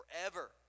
forever